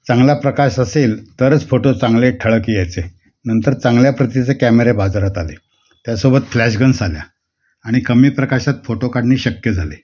चांगला प्रकाश असेल तरच फोटो चांगले ठळक यायचे नंतर चांगल्या प्रतीचे कॅमेरे बाजरात आले त्यासोबत फ्लॅशगन्स आल्या आणि कमी प्रकाशात फोटो काढणे शक्य झाले